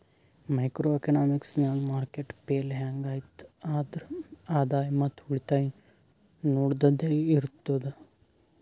micro economics ನಾಗ್ market fail hang ಐಯ್ತ್ ಆದ್ರ ಆದಾಯ ಮತ್ ಉಳಿತಾಯ ನೊಡದ್ದದೆ ಇರ್ತುದ್